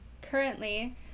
currently